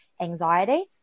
anxiety